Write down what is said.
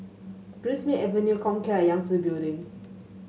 Greenmead Avenue Comcare and Yangtze Building